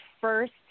first